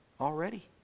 already